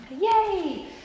Yay